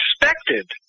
expected